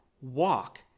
walk